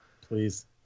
Please